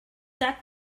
that